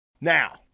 now